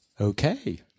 Okay